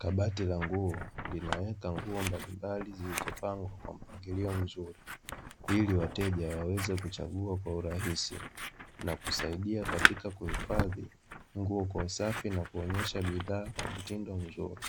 Kabati la nguo, linaweka nguo mbalimbali zilizopangwa kwa mpangilio mzuri ili wateja waweze kuchagua kwa urahisi na kusaidia katika kuhifadhi nguo kwa usafi na kuonyesha bidhaa kwa mtindo mzuri,